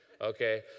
okay